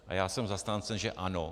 A já jsem zastáncem že ano.